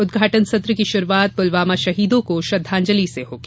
उद्घाटन सत्र की शुरूआत पुलवामा शहीदों को श्रद्वांजलि से होगी